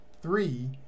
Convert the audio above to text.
three